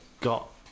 got